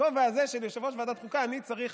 בכובע הזה של יושב-ראש ועדת חוקה אני צריך,